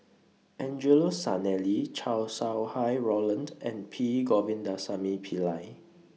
Angelo Sanelli Chow Sau Hai Roland and P Govindasamy Pillai